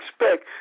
expect